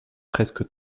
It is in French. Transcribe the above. presque